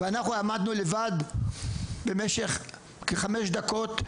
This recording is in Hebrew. ואנחנו עמדנו לבד במשך כחמש דקות,